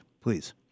Please